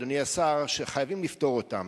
אדוני השר, שחייבים לפתור אותן.